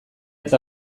eta